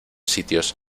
sitios